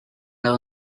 leur